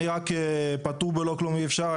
אני רק פטור בלא כלום אי אפשר,